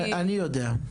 אני יודע.